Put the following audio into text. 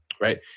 Right